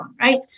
right